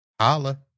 holla